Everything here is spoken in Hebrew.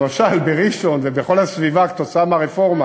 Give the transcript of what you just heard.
למשל בראשון ובכל הסביבה, כתוצאה מהרפורמה